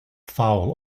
foul